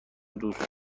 دوست